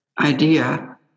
idea